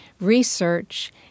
research